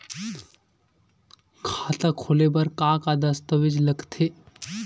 खाता खोले बर का का दस्तावेज लगथे?